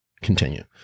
Continue